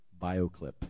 Bioclip